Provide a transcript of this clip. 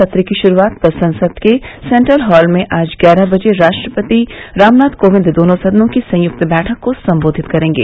सत्र की शुरुआत पर संसद के सैंट्रल हाल में आज सुबह ग्यारह बजे राष्ट्रपति रामनाथ कोविंद दोनों सदनों की संयुक्त बैठक को संबोधित करेंगे